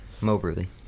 Moberly